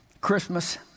Christmas